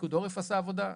פיקוד העורף עשה עבודה,